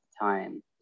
time